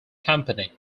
company